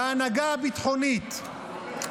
להנהגה הביטחונית.